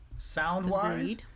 Sound-wise